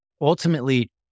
ultimately